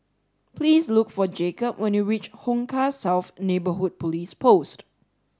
please look for Jacob when you reach Hong Kah South Neighbourhood Police Post